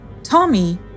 Tommy